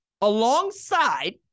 alongside